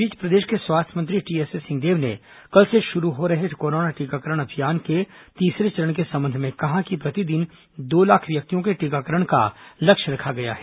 इस बीच प्रदेश के स्वास्थ्य मंत्री टीएस सिंहदेव ने कल से शुरू हो रहे कोरोना टीकाकरण अभियान के तीसरे चरण के संबंध में कहा कि प्रतिदिन दो लाख व्यक्तियों के टीकाकरण का लक्ष्य रखा गया है